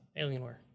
Alienware